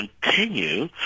continue